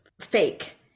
fake